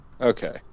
Okay